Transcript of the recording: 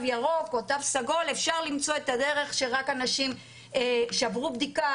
ירוק או תו סגול אפשר למצוא את הדרך שרק אנשים שעברו בדיקה